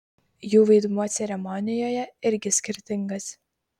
jų vaidmuo ceremonijoje irgi skirtingas